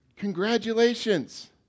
Congratulations